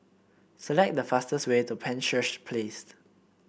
select the fastest way to Penshurst Place